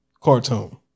cartoon